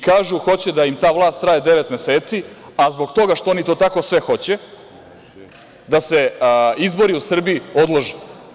Kažu, hoće da im ta vlast traje devet meseci, a zbog toga što oni to tako sve hoće, da se izbori u Srbiji odlože.